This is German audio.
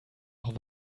auch